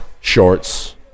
shorts